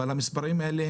אבל לא המספרים האלה,